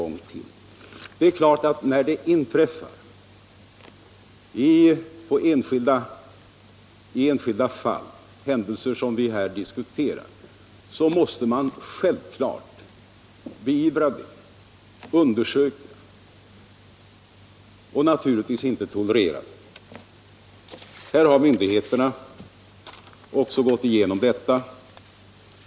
När det inträffar händelser av det slag vi här diskuterar måste man självfallet undersöka och beivra dem. Naturligtvis skall man inte tolerera sådana händelser. Myndigheterna har undersökt detta fall.